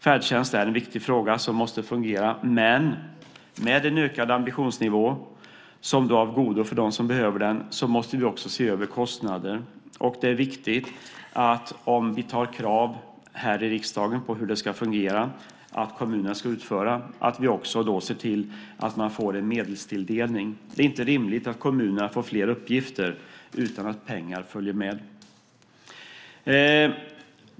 Färdtjänst är en viktig fråga som måste fungera, men med en ökad ambitionsnivå, som är av godo för dem som behöver den, måste vi också se över kostnaderna. Om vi här i riksdagen antar krav på hur det ska fungera och att kommunerna ska utföra detta är det viktigt att vi också ser till att man får en medelstilldelning. Det är inte rimligt att kommunerna får fler uppgifter utan att pengar följer med.